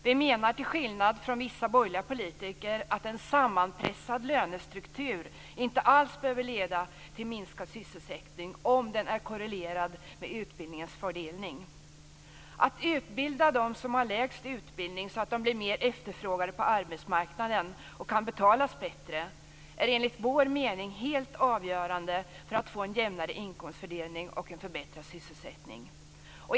Vi menar till skillnad från vissa borgerliga politiker att en sammanpressad lönestruktur inte alls behöver leda till minskad sysselsättning om den är korrelerad med utbildningens fördelning. Att utbilda dem som har lägst utbildning så att de bli mer efterfrågade på arbetsmarknaden och kan betalas bättre är enligt vår mening helt avgörande för att vi skall få en jämnare inkomstfördelning och en förbättrad sysselsättning.